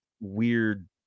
weird